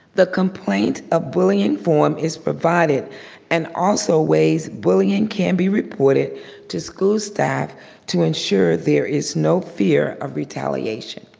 the complaint of bullying form is provided and also ways bullying can be reported to school staff to ensure there is no fear of retaliation.